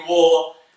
War